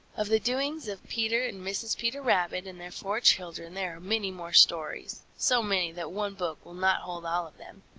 of the doings of peter and mrs. peter rabbit and their four children there many more stories, so many that one book will not hold all of them.